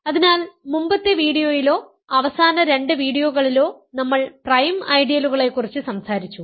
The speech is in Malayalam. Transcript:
അതിനാൽ മുമ്പത്തെ വീഡിയോയിലോ അവസാന രണ്ട് വീഡിയോകളിലോ നമ്മൾ പ്രൈം ഐഡിയലുകളെക്കുറിച്ച് സംസാരിച്ചു